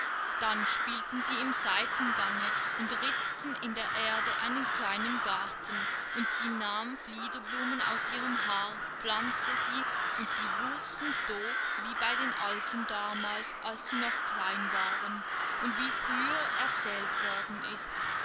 dann spielten sie im seitengange und ritzten in der erde einen kleinen garten und sie nahm fliederblumen aus ihrem haar pflanzte sie und sie wuchsen so wie bei den alten damals als sie noch klein waren und wie früher erzählt worden ist